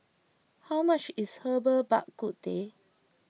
how much is Herbal Bak Ku Teh